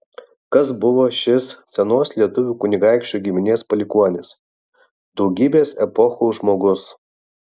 kas buvo šis senos lietuvių kunigaikščių giminės palikuonis daugybės epochų žmogus